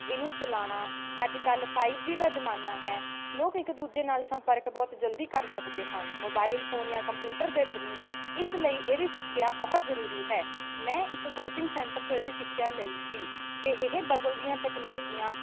ਇਹਨੂੰ ਚਲਾਉਣਾ ਅੱਜ ਕੱਲ੍ਹ ਫਾਈਵ ਜੀ ਦਾ ਜ਼ਮਾਨਾ ਹੈ ਲੋਕ ਇੱਕ ਦੂਜੇ ਨਾਲ ਸੰਪਰਕ ਬਹੁਤ ਜਲਦੀ ਕਰ ਸਕਦੇ ਹਨ ਮੋਬਾਈਲ ਫੋਨ ਜਾਂ ਕੰਪਿਊਟਰ ਦੇ ਥਰੂ ਇਸ ਲਈ ਇਹਦੀ ਸਿੱਖਿਆ ਬਹੁਤ ਜ਼ਰੂਰੀ ਹੈ ਮੈਂ ਇੱਕ ਕੋਚਿੰਗ ਸੈਂਟਰ ਤੋਂ ਇਹਦੀ ਸਿੱਖਿਆ ਲਈ ਸੀ ਅਤੇ ਇਹ ਬਦਲਦੀਆਂ ਤਕਨੀਕੀਆਂ